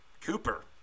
Cooper